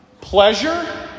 pleasure